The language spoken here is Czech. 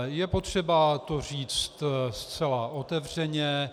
Je potřeba to říct zcela otevřeně.